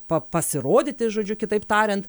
pa pasirodyti žodžiu kitaip tariant